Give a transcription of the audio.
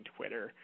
Twitter